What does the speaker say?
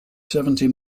seventy